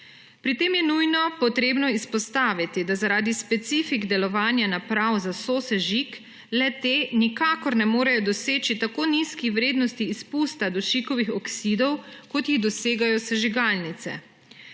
Pri tem je nujno potrebno izpostaviti, da zaradi specifik delovanja naprav za sosežig le-te nikakor ne morejo doseči tako nizkih vrednosti izpusta dušikovih oksidov, kot jih dosegajo sežigalnice.